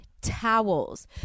towels